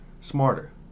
smarter